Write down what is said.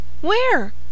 Where